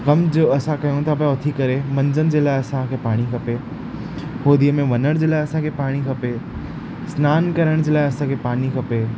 कम जो असां कयूं था पया उथी करे मंझंदि जे लाइ असांखे पानी खपे होदीअ में वञण जे लाइ असांखे पाणी खपे सनान करण जे लाइ असांखे पाणी खपे